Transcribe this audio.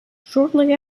shortly